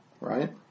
Right